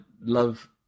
love